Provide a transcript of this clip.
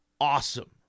awesome